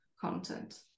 content